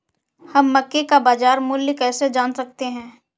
हम मक्के का बाजार मूल्य कैसे जान सकते हैं?